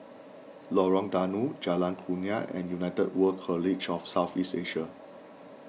Lorong Danau Jalan Kurnia and United World College of South East Asia